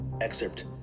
excerpt